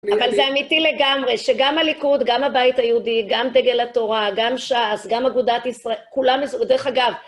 אבל זה אמיתי לגמרי, שגם הליכוד, גם הבית היהודי, גם דגל התורה, גם ש"ס, גם אגודת ישראל, כולם... דרך אגב